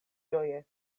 ĝoje